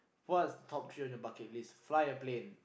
what's top three on your bucket list fly a plane